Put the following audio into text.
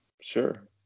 sure